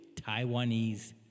Taiwanese